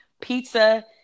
pizza